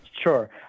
sure